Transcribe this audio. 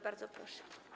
Bardzo proszę.